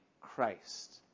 Christ